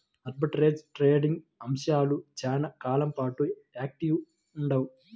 arbitrage trading అవకాశాలు చాలా కాలం పాటు యాక్టివ్గా ఉండవు